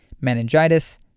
meningitis